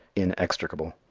inextricable.